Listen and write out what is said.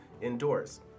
indoors